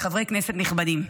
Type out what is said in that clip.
חברי כנסת נכבדים.